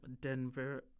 Denver